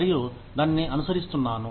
మరియు దానిని అనుసరిస్తున్నాను